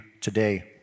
today